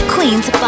Queen's